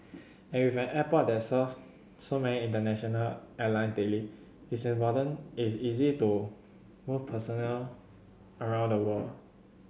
and with an airport that serves so many international airline daily it's a it's easy to move personnel around the world